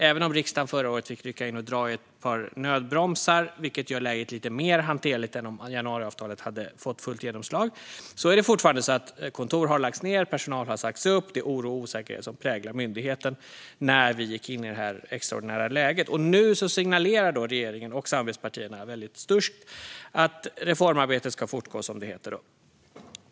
Även om riksdagen förra året fick rycka in och dra i ett par nödbromsar, vilket gjorde läget lite mer hanterligt än om januariavtalet hade fått fullt genomslag, är det fortfarande så att kontor har lagts ned och personal sagts upp. Oro och osäkerhet präglade myndigheten när vi gick in i detta extraordinära läge. Nu signalerar regeringen och samarbetspartierna väldigt sturskt att reformarbetet ska fortgå, som det heter.